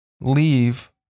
leave